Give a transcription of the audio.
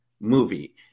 movie